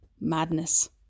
madness